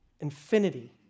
Infinity